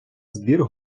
збір